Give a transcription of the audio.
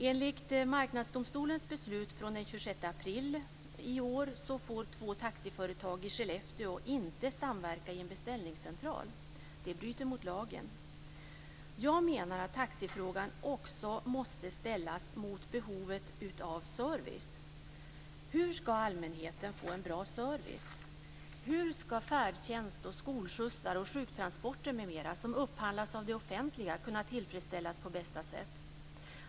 Enligt Marknadsdomstolens beslut från den 26 april i år får två taxiföretag i Skellefteå inte samverka i en beställningscentral. Det bryter mot lagen. Jag menar att taxifrågan också måste ställas mot behovet av service. Hur skall allmänheten få en bra service? Hur skall färdtjänst, skolskjutsar, sjuktransporter, m.m., som upphandlas av det offentliga, kunna tillfredsställas på bästa sätt?